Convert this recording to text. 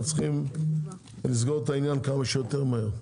צריכים לסגור את העניין כמה שיותר מהר.